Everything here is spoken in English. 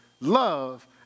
Love